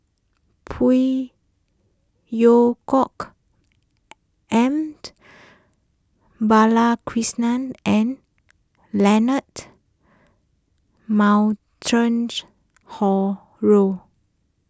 Phey Yew Kok M Balakrishnan and Leonard Harrod